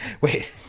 wait